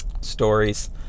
stories